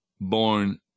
born